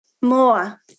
More